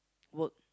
work